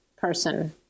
person